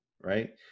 right